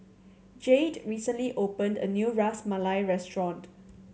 Jayde recently opened a new Ras Malai restaurant